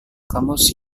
kamus